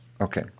Okay